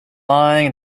lying